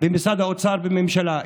במשרד האוצר והממשלה,